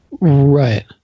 Right